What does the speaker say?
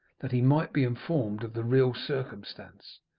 that he might be informed of the real circumstance.